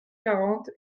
quarante